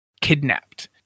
kidnapped